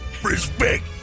Respect